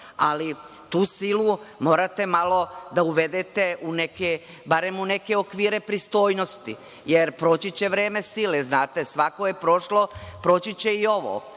ali tu silu morate malo da uvedete barem u neke okvire pristojnosti, jer proći će vreme sile. Svako je prošlo, proći će i ovo.